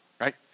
right